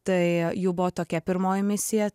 tai jų buvo tokia pirmoji misija